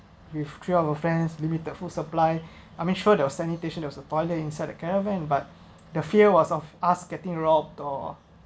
with three of our friends limited food supply I mean sure there was sanitation there was toilet inside the caravan but the fear was of us getting robbed or